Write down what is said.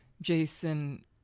Jason